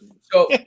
So-